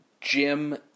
Jim